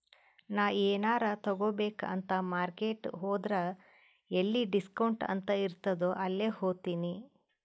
ನಾ ಎನಾರೇ ತಗೋಬೇಕ್ ಅಂತ್ ಮಾರ್ಕೆಟ್ ಹೋದ್ರ ಎಲ್ಲಿ ಡಿಸ್ಕೌಂಟ್ ಅಂತ್ ಇರ್ತುದ್ ಅಲ್ಲೇ ಹೋತಿನಿ